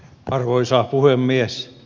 arvoisa puhemies